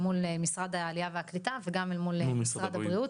מול משרד העלייה והקליטה וגם אל מול משרד הבריאות.